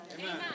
Amen